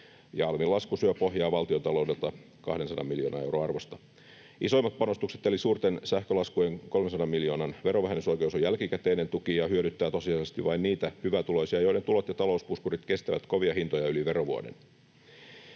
ja alvin lasku syö pohjaa valtiontaloudelta 200 miljoonan euron arvosta. Isoin panostus eli suurten sähkölaskujen 300 miljoonan verovähennysoikeus on jälkikäteinen tuki ja hyödyttää tosiasiallisesti vain niitä hyvätuloisia, joiden tulot ja talouspuskurit kestävät kovia hintoja yli verovuoden.